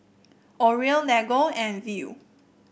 Oreo Lego and Viu